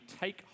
take